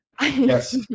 Yes